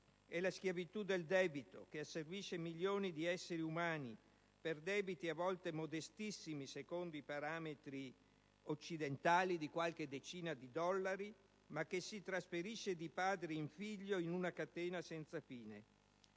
È la schiavitù del debito, che asservisce milioni di esseri umani, per debiti a volte modestissimi secondo i parametri occidentali, di qualche decina di dollari, ma che si trasferisce di padre in figlio in una catena senza fine.